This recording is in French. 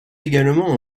également